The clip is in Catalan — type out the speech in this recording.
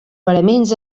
paraments